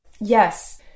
Yes